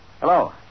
Hello